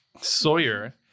Sawyer